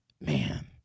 man